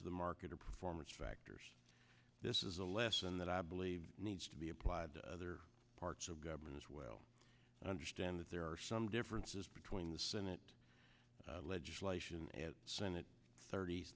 of the market or performance factors this is a lesson that i believe needs to be applied to other parts of government as well i understand that there are some differences between the senate legislation and senate thirt